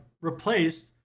replaced